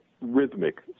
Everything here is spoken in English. rhythmic